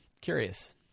curious